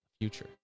future